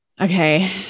Okay